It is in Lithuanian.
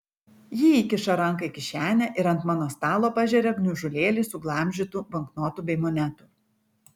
ji įkiša ranką į kišenę ir ant mano stalo pažeria gniužulėlį suglamžytų banknotų bei monetų